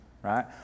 Right